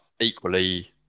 equally